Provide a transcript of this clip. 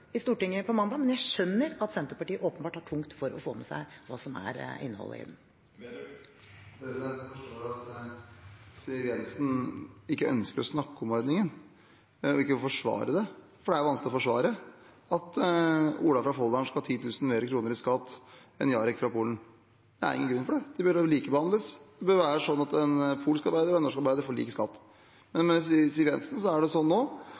i Stortinget på mandag, men jeg skjønner at Senterpartiet åpenbart har tungt for å få med seg hva som er innholdet i den. Jeg forstår at Siv Jensen ikke ønsker å snakke om ordningen og ikke vil forsvare den, for det er vanskelig å forsvare at Ola fra Folldalen skal ha 10 000 kr mer i skatt enn Jarek fra Polen. Det er ingen grunn for det, de burde likebehandles. Det burde være sånn at en polsk arbeider og en norsk arbeider får lik skatt, men med Siv Jensen er det sånn nå